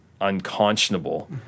unconscionable